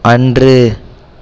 அன்று